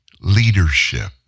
leadership